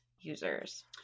users